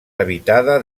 habitada